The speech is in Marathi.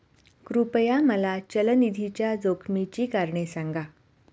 कृपया मला चल निधीच्या जोखमीची कारणे सांगा